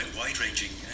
wide-ranging